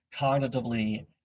cognitively